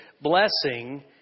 blessing